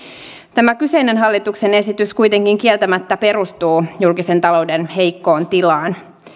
tämä kyseinen hallituksen esitys kuitenkin kieltämättä perustuu julkisen talouden heikkoon tilaan